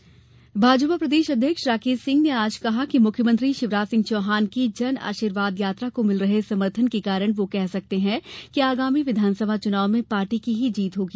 राकेश सिंह भाजपा प्रदेश अध्यक्ष राकेश सिंह ने आज कहा कि मुख्यमंत्री शिवराज सिंह चौहान की जन आशीर्वाद यात्रा को मिल रहे समर्थन के कारण वह कह सकते हैं कि आगामी विधानसभा चुनाव में पार्टी की ही जीत होगी